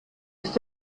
ist